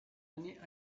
année